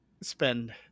spend